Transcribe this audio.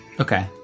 okay